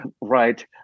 right